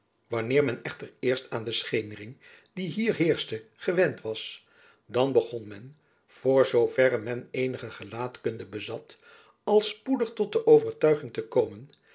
wanneer men echter eerst aan de schemering die hier heerschte gewend was dan begon men voor zoo verre men eenige gelaatkunde bezat al spoedig tot de overtuiging te komen